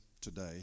today